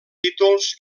títols